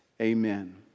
Amen